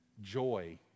joy